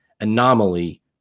anomaly